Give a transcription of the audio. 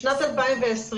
בשנת 2020,